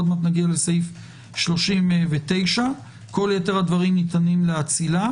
עוד מעט נגיע לסעיף 39. כל יתר הדברים ניתנים לאצילה.